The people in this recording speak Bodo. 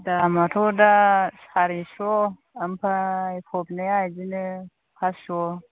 दामआथ' दा सारिस' ओमफ्राय फबनाया बिदिनो फास्स'